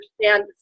understand